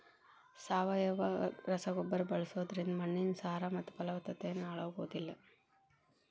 ಸಾವಯವ ರಸಗೊಬ್ಬರ ಬಳ್ಸೋದ್ರಿಂದ ಮಣ್ಣಿನ ಸಾರ ಮತ್ತ ಪಲವತ್ತತೆನು ಹಾಳಾಗೋದಿಲ್ಲ